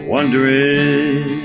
Wondering